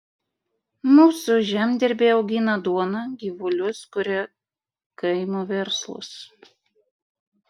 mūsų žemdirbiai augina duoną gyvulius kuria kaimo verslus